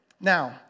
Now